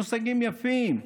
אלה מושגים יפים.